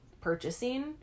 purchasing